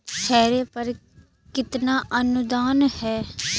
Harrow पर कितना अनुदान है?